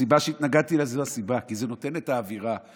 זו הסיבה שהתנגדתי, כי זה נותן את האווירה.